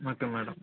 okay madam